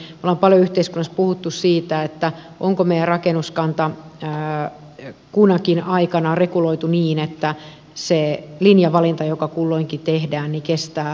me olemme paljon yhteiskunnassa puhuneet siitä onko meidän rakennuskanta kunakin aikana reguloitu niin että se linjavalinta joka kulloinkin tehdään kestää tulevaa tarkastelua